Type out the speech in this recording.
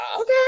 okay